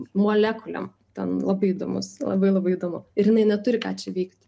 molekulėm ten labai įdomus labai labai įdomu ir jinai neturi ką čia veikt